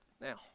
Now